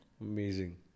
Amazing